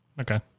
Okay